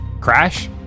Crash